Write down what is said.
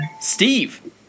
Steve